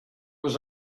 was